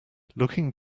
looking